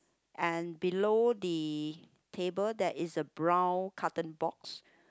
and below the table there's a brown carton box